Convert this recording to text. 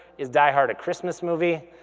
is diehard a christmas movie?